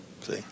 see